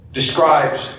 describes